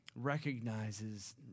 recognizes